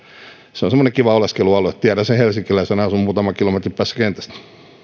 se on semmoinen kiva oleskelualue tiedän sen helsinkiläisenä asun muutaman kilometrin päässä kentästä